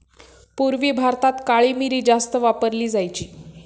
पूर्वी भारतात काळी मिरी जास्त वापरली जायची